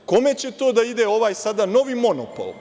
Kome će da ide ovaj novi monopol?